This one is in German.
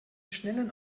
schnellen